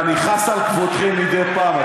אתה יודע, אני חס על כבודכם מדי פעם.